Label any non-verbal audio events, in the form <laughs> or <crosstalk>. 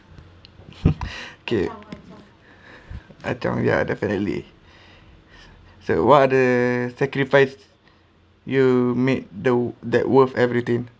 <laughs> okay I don't yeah definitely so what are the sacrifice you made though that worth everything